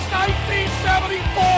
1974